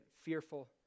fearful